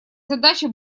задачи